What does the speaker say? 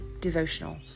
devotional